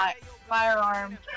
firearm